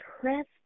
pressed